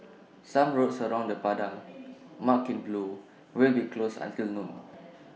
some roads around the Padang marked in blue will be closed until noon